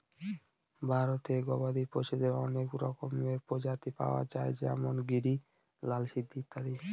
ভারতে গবাদি পশুদের অনেক রকমের প্রজাতি পাওয়া যায় যেমন গিরি, লাল সিন্ধি ইত্যাদি